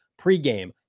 pregame